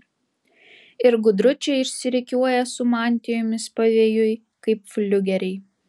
ir gudručiai išsirikiuoja su mantijomis pavėjui kaip fliugeriai